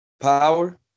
Power